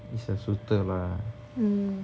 it's a shooter ah